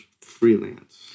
freelance